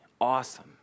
awesome